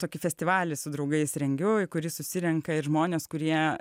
tokį festivalį su draugais rengiu į kurį susirenka žmonės kurie